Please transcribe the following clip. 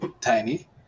Tiny